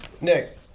Nick